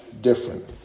different